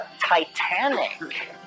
titanic